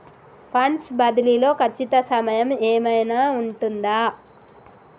Funds బదిలీ లో ఖచ్చిత సమయం ఏమైనా ఉంటుందా?